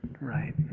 right